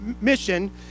mission